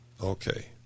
Okay